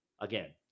Again